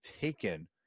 taken